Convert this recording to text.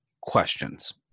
questions